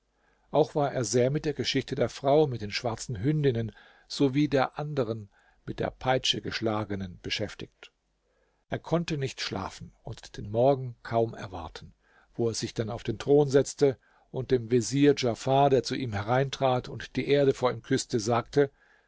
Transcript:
auch war er sehr mit der geschichte der frau mit den schwarzen hündinnen so wie der andern mit der peitsche geschlagenen beschäftigt er konnte nicht schlafen und den morgen kaum erwarten wo er sich dann auf den thron setzte und dem vezier djafar der zu ihm hereintrat und die erde vor ihm küßte sagte